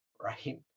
right